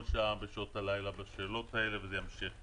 שעה בלילה בשאלות האלה וזה ימשיך כך.